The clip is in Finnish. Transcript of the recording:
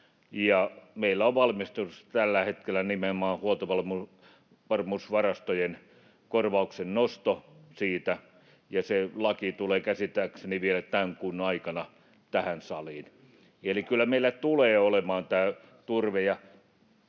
meillä on valmistelussa tällä hetkellä nimenomaan huoltovarmuusvarastojen korvauksen nosto. Se laki tulee käsittääkseni vielä tämän kuun aikana tähän saliin. Eli kyllä turve tulee meillä olemaan. Tämä on